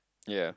ya